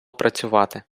працювати